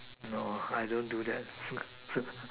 no I don't do that